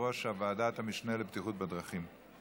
יושב-ראש ועדת המשנה לבטיחות בדרכים,